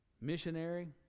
missionary